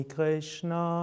Krishna